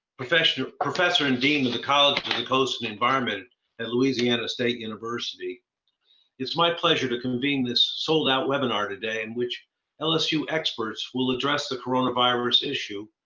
professor professor and dean of the college of the coast and environment at louisiana state university. it is my pleasure to convene this sold-out webinar today, in which lsu experts will address the coronavirus issue,